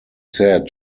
said